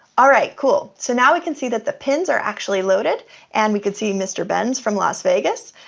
all right, cool. so now, we can see that the pins are actually loaded and we can see mr. benz from las vegas.